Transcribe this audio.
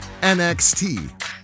NXT